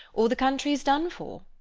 or the country's done for.